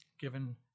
given